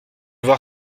voir